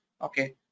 okay